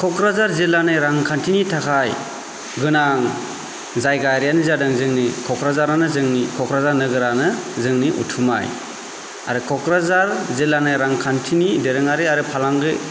क'क्राझार जिल्लानि रांखान्थिनि थाखाय गोनां जायगायारिआनो जादों जोंनि क'क्राझारानो जोंनि क'क्राझार नोगोरानो जोंनि उथुमाय आरो क'क्राझार जिल्लानि रांखान्थिनि दोरोङारि आरो फालांगि